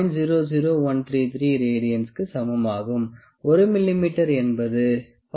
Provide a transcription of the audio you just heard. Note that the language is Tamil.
0032 க்கு சமமாக இருக்கும்